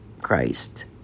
Christ